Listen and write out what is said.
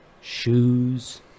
shoes